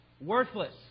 Worthless